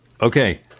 Okay